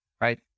right